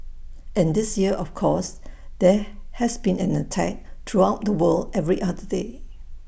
and this year of course there has been an attack throughout the world every other day